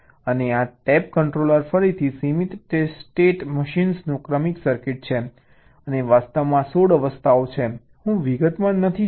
અને આ TAP controller ફરીથી સીમિત સ્ટેટ મશીનનું ક્રમિક સર્કિટ છે અને વાસ્તવમાં 16 અવસ્થાઓ છે હું વિગતમાં નથી જતો